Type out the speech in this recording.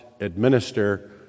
administer